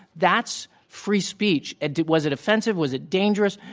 that's free speech. and was it offensive, was it dangerous?